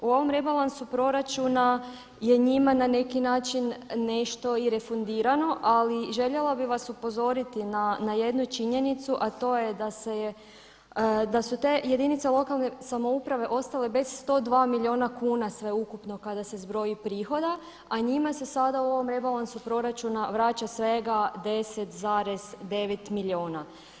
U ovom rebalansu proračuna je njima na neki način nešto i refundirano, ali željela bih vas upozoriti na jednu činjenicu, a to je da su te jedinice lokalne samouprave ostale bez 102 milijuna kuna sveukupno kada se zbroji prihoda, a njima se sada u ovom rebalansu proračuna vraća svega 10,9 milijuna.